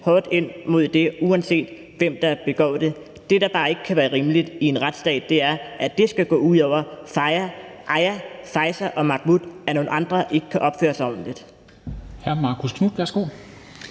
hårdt ind over for det, uanset hvem der begår dem. Det, der bare ikke kan være rimeligt i en retsstat, er, at det skal gå ud over Aya, Faeza og Mahmoud, når nogle andre ikke kan opføre sig ordentligt.